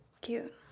cute